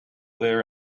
there